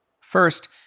First